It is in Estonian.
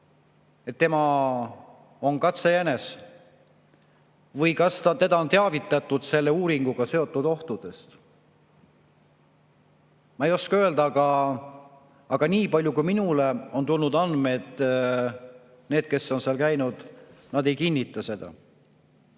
et tema on katsejänes, või kas teda on teavitatud selle uuringuga seotud ohtudest. Ma ei oska öelda, aga nii palju kui minule on tulnud andmeid, need, kes on seal käinud, nad ei kinnita seda.